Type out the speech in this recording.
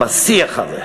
בשיח הזה,